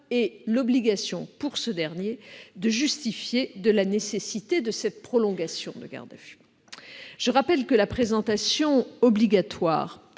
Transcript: et l'obligation pour ce dernier de justifier de la nécessité de la prolongation de la garde à vue. Je rappelle que la présentation obligatoire,